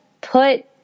put